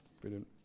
Brilliant